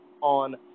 on